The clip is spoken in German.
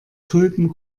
tulpen